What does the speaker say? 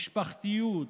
משפחתיות,